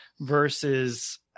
versus